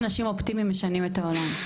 אנשים אופטימיים משנים את העולם.